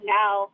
now